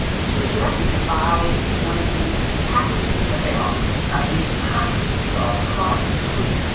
and she was directed to buy one of these packages that they offer and these packages are priced between,